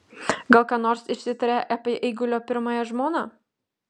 gal ką nors išsitarė apie eigulio pirmąją žmoną